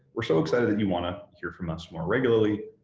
we're so excited that you want to hear from us more regularly.